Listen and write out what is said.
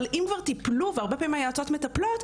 אבל אם כבר טיפלו והרבה פעמים היועצות מטפלות,